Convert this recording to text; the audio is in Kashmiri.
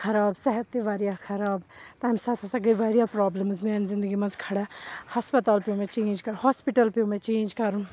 خراب صحت تہِ واریاہ خراب تمہِ ساتہٕ ہسا گٔے واریاہ پرابلمٕز میانہِ زندگی منٛز کھڑا ہسپتال پیوو مےٚ چینج کرُن ہاسپِٹل پیوٚو مےٚ چینج کرُن